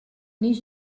neix